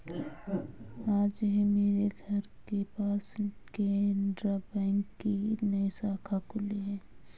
आज ही मेरे घर के पास केनरा बैंक की नई शाखा खुली है